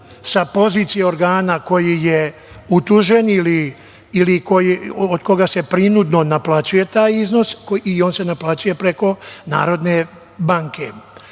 sa pozicije organa koji je utužen ili od koga se prinudno naplaćuje taj iznos i on se naplaćuje preko NBS.Za